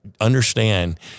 understand